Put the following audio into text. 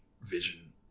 vision